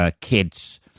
kids